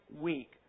week